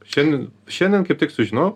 šiandien šiandien kaip tik sužinojau